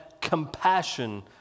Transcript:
compassion